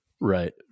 right